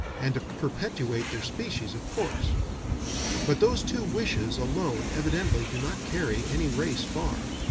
and to perpetuate their species, of course but those two wishes alone evidently do not carry any race far.